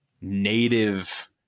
native